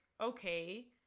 okay